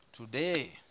Today